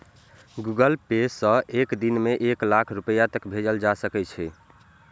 Google Pay सं एक दिन मे एक लाख रुपैया तक भेजल जा सकै छै